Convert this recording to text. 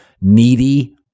needy